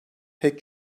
pek